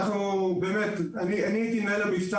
אני מקווה